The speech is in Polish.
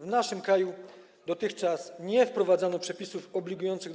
W naszym kraju dotychczas nie wprowadzono przepisów obligujących